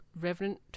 Reverend